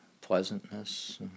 pleasantness